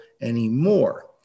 anymore